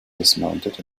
dismounted